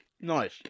Nice